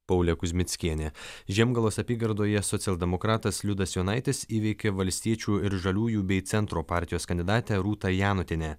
paulė kuzmickienė žiemgalos apygardoje socialdemokratas liudas jonaitis įveikė valstiečių ir žaliųjų bei centro partijos kandidatę rūtą janutienę